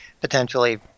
potentially